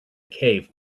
cave